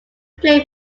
play